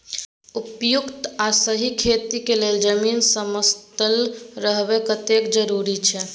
उपयुक्त आ सही खेती के लेल जमीन समतल रहब कतेक जरूरी अछि?